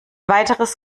weiteres